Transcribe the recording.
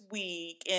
week